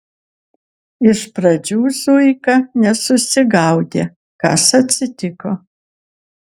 iš pradžių zuika nesusigaudė kas atsitiko